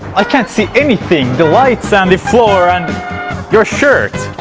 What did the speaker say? i can't see anything! the lights. and the floor. and your shirt!